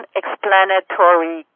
explanatory